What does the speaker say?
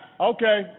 Okay